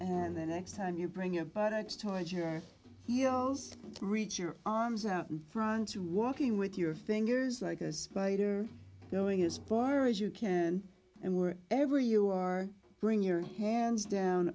and the next time you bring your buttocks towards your heels reach your arms out in front to walking with your fingers like a spider knowing is far as you can and were ever you are bring your hands down